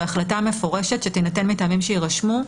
בהחלטה מפורשת שתינתן מטעמים שיירשמו.